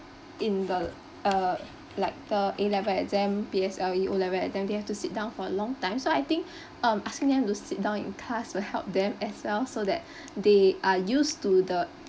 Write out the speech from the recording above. in the uh like the A-level exam P_S_L_E O-level exam they have to sit down for a long time so I think um asking them to sit down in class will help them as well so that they are used to the